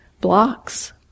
blocks